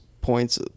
points